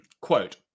Quote